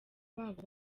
babo